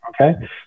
Okay